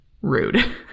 rude